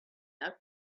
out